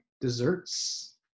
desserts